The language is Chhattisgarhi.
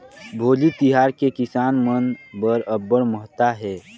भोजली तिहार के किसान मन बर अब्बड़ महत्ता हे